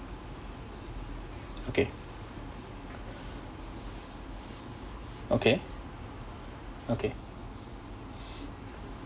okay okay okay